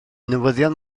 newyddion